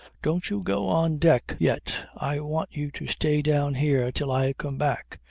don't you go on deck yet. i want you to stay down here till i come back.